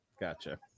Gotcha